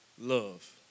Love